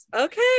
Okay